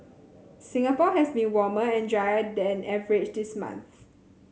Singapore has been warmer and drier than average this month